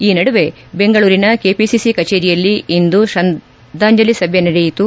ಈ ನದುವೆ ಬೆಂಗಳೂರಿನ ಕೆಪಿಸಿಸಿ ಕಚೇರಿಯಲ್ಲಿ ಇಂದು ಶ್ರದ್ಲಾಂಜಲಿ ಸಭೆ ನಡೆಯಿತು